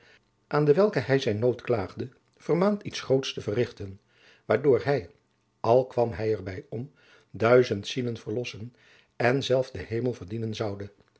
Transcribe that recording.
aan dewelke hij zijn nood klaagde vermaand iets groots te verrichten waardoor hij al jacob van lennep de pleegzoon kwam hij er bij om duizend zielen verlossen en zelf den hemel verdienen zoude